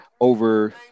over